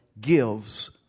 gives